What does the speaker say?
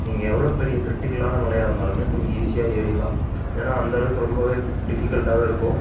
நீங்கள் எவ்வளோ பெரிய க்ரிட்டிக்கலான மலையாக இருந்தாலுமே நீங்கள் ஈஸியாக ஏறிடலாம் ஏன்னால் அந்தளவுக்கு ரொம்பவே டிஃபிகல்ட்டாக தான் இருக்கும்